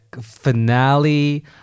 finale